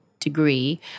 degree